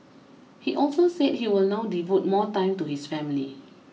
he also said he will now devote more time to his family